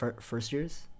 first-years